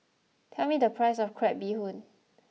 tell me the price of Crab Bee Hoon